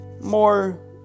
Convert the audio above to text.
more